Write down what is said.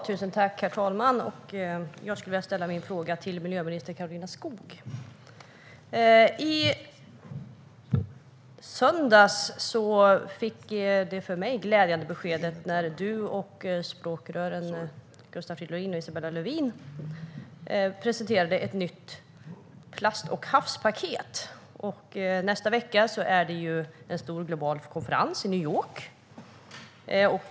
Herr talman! Jag vill ställa min fråga till miljöminister Karolina Skog. I söndags fick vi ett för mig glädjande besked när Karolina Skog och språkrören Gustav Fridolin och Isabella Lövin presenterade ett nytt plast och havspaket. Nästa vecka är det en stor global konferens i New York.